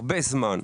הרבה זמן.